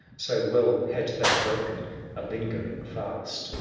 so well had they broken a lingering fast